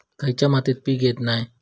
खयच्या मातीत पीक येत नाय?